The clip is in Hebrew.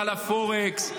ועל הפורקס,